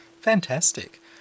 Fantastic